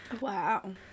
Wow